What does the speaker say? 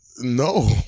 No